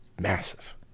Massive